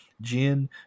Gin